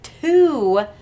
two